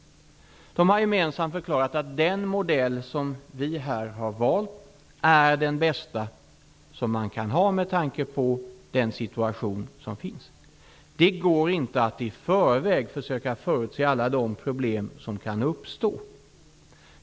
Dessa personer har gemensamt förklarat att den modell som vi har valt är den bästa som man kan ha med tanke på den situation som råder. Det går inte att i förväg förutse alla de problem som kan uppstå.